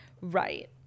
Right